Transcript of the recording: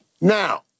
Now